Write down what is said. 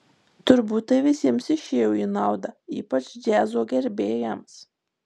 turbūt tai visiems išėjo į naudą ypač džiazo gerbėjams